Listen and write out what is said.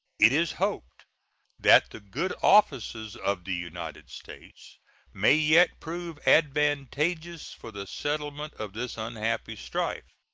it is hoped that the good offices of the united states may yet prove advantageous for the settlement of this unhappy strife.